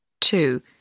two